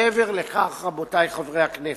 מעבר לכך, רבותי חברי הכנסת,